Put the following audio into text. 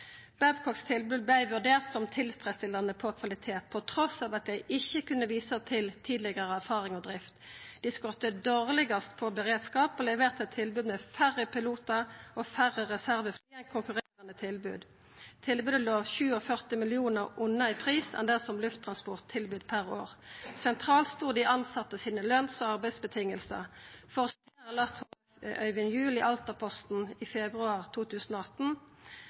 vurdert som tilfredsstillande på kvalitet trass i at dei ikkje kunne visa til tidlegare erfaring og drift. Dei skåra dårlegast på beredskap og leverte eit tilbod med færre pilotar og færre reservefly enn konkurrentane. Tilbodet låg i pris 47 mill. kr under det som Lufttransport tilbaud per år. Sentralt stod løns- og arbeidsvilkåra for dei tilsette. Direktør i LAT HF, Øyvind Juell, uttalte i Altaposten i februar 2018: